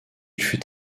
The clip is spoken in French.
fut